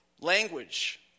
language